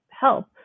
help